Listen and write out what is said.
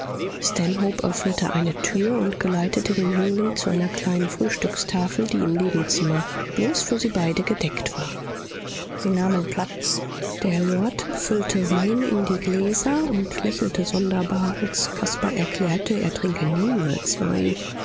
öffnete eine tür und geleitete den jüngling zu einer kleinen frühstückstafel die im nebenzimmer bloß für sie beide gedeckt war sie nahmen platz der lord füllte wein in die gläser und lächelte sonderbar als caspar erklärte er trinke niemals wein